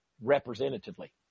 representatively